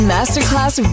Masterclass